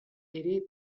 ere